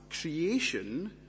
creation